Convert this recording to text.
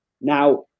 now